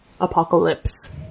Apocalypse